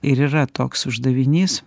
ir yra toks uždavinys